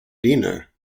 dinner